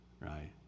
Right